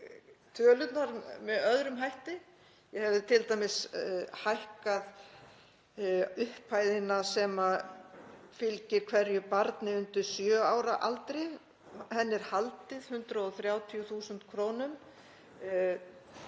tölurnar með öðrum hætti. Ég hefði t.d. hækkað upphæðina sem fylgir hverju barni undir sjö ára aldri. Henni er haldið í 130.000 kr.